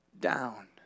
down